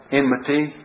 enmity